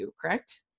correct